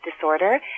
disorder